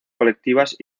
colectivas